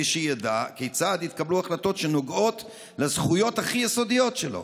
שידע כיצד התקבלו החלטות שנוגעות לזכויות הכי יסודיות שלו?